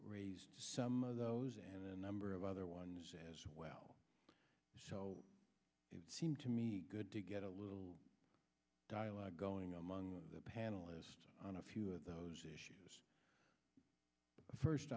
raised some of those and a number of other ones as well so it seemed to me good to get a little dialogue going among the panelists on a few of those issues first